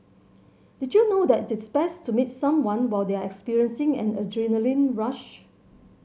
did you know that it is best to meet someone while they are experiencing an adrenaline rush